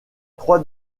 trois